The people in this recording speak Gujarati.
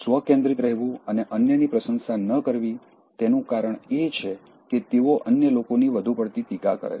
સ્વકેન્દ્રિત રહેવું અને અન્યની પ્રશંસા ન કરવી તેનું કારણ એ છે કે તેઓ અન્ય લોકોની વધુ પડતી ટીકા કરે છે